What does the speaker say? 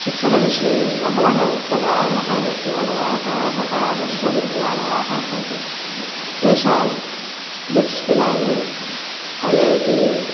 शिक्षणविषये बहवः उत्तमाः महाविद्यालयाः तथा विश्वविद्यालयाः सन्ति तेषां BITS Pilani I I T